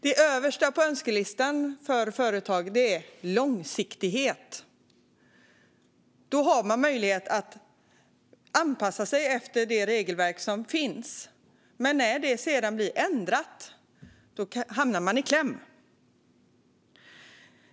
Det översta på företagens önskelista är långsiktighet, för då har man möjlighet att anpassa sig efter det regelverk som finns. Men när regelverk ändras hamnar man i kläm.